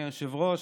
אדוני היושב-ראש,